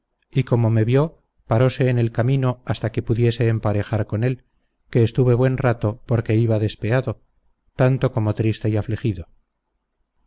y como me vio parose en el camino hasta que pudiese emparejar con él que estuve buen rato porque iba despeado tanto como triste y afligido